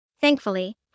Thankfully